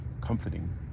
comforting